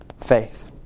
faith